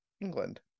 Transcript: England